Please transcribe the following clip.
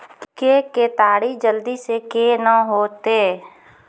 के केताड़ी जल्दी से के ना होते?